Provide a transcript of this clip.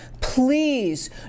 please